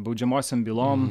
baudžiamosiom bylom